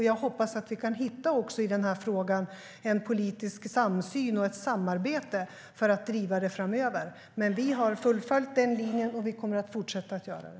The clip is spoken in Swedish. Jag hoppas att vi också i den här frågan kan hitta en politisk samsyn och ett samarbete för att driva den framöver. Men vi har fullföljt den linjen, och vi kommer att fortsätta att göra det.